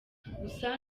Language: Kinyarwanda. gusa